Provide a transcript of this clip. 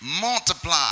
multiply